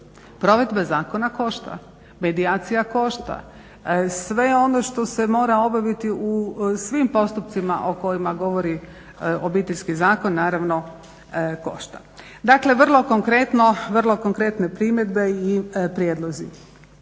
Provedba zakona košta, medijacija košta. Sve ono što se mora obaviti u svim postupcima o kojima govori Obiteljski zakon naravno košta. Dakle, vrlo konkretne primjedbe i prijedlozi